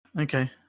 Okay